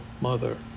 mother